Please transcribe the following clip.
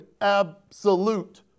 absolute